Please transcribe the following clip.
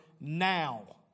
now